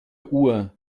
uhr